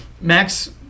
Max